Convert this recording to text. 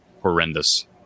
horrendous